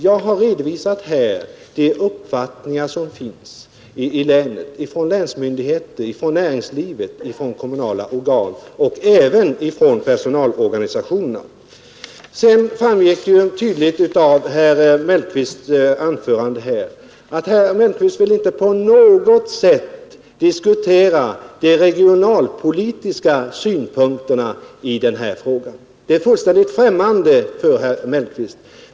Jag har redovisat de uppfattningar som finns i länet, hos länsmyndigheter, näringslivet, kommunala organ och även personalorganisationerna. Det framgick tydligt av herr Mellqvists anförande att han inte på något sätt ville diskutera de regionalpolitiska synpunkterna på denna fråga. Det är fullständigt främmande för herr Mellqvist.